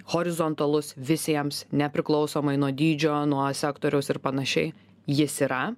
horizontalus visiems nepriklausomai nuo dydžio nuo sektoriaus ir panašiai jis yra